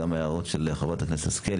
וגם ההערות של חברת הכנסת השכל,